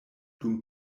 dum